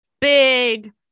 big